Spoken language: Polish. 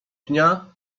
pnia